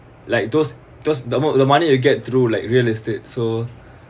like those those the mo~ the money you get through like real estate so